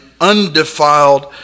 undefiled